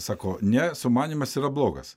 sako ne sumanymas yra blogas